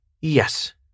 Yes